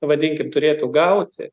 vadinkim turėtų gauti